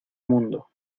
mundo